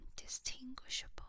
indistinguishable